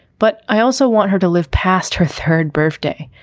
but i also want her to live past her third birthday.